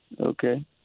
Okay